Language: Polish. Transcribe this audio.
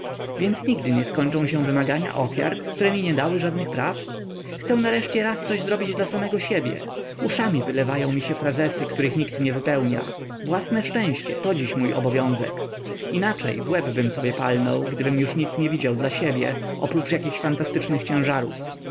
więc nigdy nie skończą się wymagania ofiar które mi nie dały żadnych praw chcę nareszcie raz coś zrobić dla samego siebie uszami wylewają mi się frazesy których nikt nie wypełnia własne szczęście to dziś mój obowiązek inaczej w łebbym sobie palnął gdybym już nic nie widział dla siebie oprócz jakichś fantastycznych ciężarów